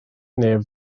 neb